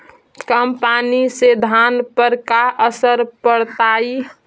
कम पनी से धान पर का असर पड़तायी?